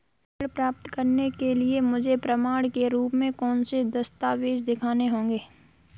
ऋण प्राप्त करने के लिए मुझे प्रमाण के रूप में कौन से दस्तावेज़ दिखाने होंगे?